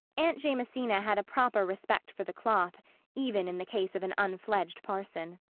aunt jamesina had a proper respect for the cloth even in the case of an unfledged parson.